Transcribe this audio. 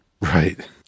Right